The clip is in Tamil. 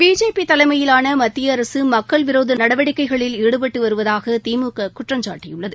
பிஜேபி தலைமையிலான மத்திய அரசு மக்கள் விரோத நடவடிக்கைகளில் ஈடுபட்டு வருவதாக திமுக குற்றம் சாட்டியுள்ளது